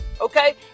okay